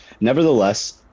Nevertheless